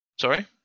Sorry